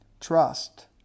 Trust